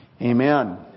Amen